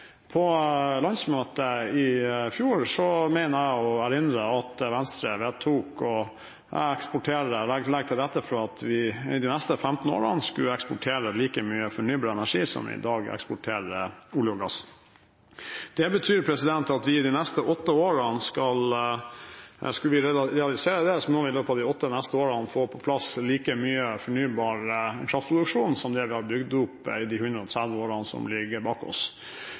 På landsmøtet i fjor mener jeg å erindre at Venstre vedtok å legge til rette for at vi i de nesten 15 årene skulle eksportere like mye fornybar energi som vi i dag eksporterer olje og gass. Skal vi realisere det, må vi i løpet av de neste åtte årene få på plass like mye fornybar kraftproduksjon som det vi har bygd opp i de 130 årene som ligger bak oss.